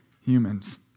humans